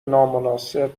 نامناسب